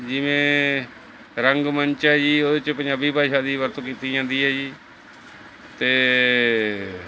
ਜਿਵੇਂ ਰੰਗ ਮੰਚ ਹੈ ਜੀ ਉਹਦੇ 'ਚ ਪੰਜਾਬੀ ਭਾਸ਼ਾ ਦੀ ਵਰਤੋਂ ਕੀਤੀ ਜਾਂਦੀ ਹੈ ਜੀ ਅਤੇ